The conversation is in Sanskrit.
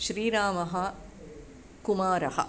श्रीरामः कुमारः